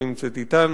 שנמצאת אתנו.